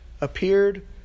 appeared